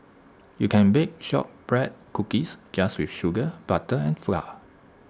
you can bake Shortbread Cookies just with sugar butter and flour